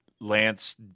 Lance